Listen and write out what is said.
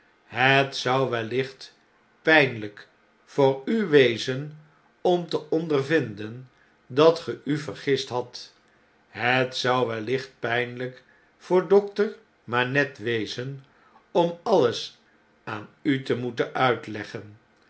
het zou wellicht pynlijk voor u wezen om te ondervinden dat ge u vergist hadt het zou wellicht pynlyk voor dokter manette wezen om alles aan u te moeten uitleggen